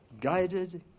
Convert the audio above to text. guided